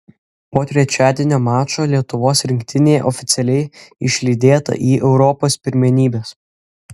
po trečiadienio mačo lietuvos rinktinė oficialiai išlydėta į europos pirmenybes